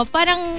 Parang